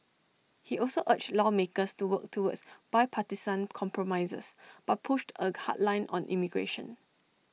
he also urged lawmakers to work towards bipartisan compromises but pushed A hard line on immigration